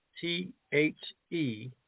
T-H-E